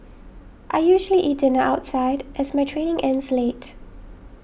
I usually eat dinner outside as my training ends late